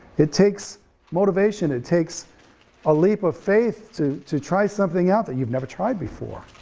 it takes motivation, it takes a leap of faith to to try something out that you've never tried before,